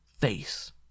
face